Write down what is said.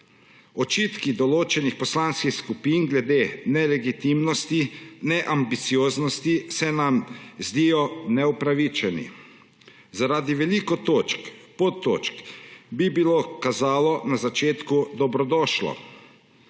Očitki določenih poslanskih skupin glede nelegitimnosti, neambicioznosti, se nam zdijo neupravičeni. Zaradi veliko točk, podtočk, pa bi bilo kazalo na začetku dobrodošlo.